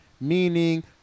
Meaning